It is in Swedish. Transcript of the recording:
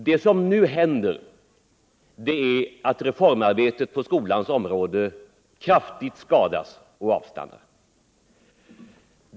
Det som nu händer är att reformarbetet på skolans område kraftigt skadas och avstannar.